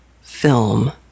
film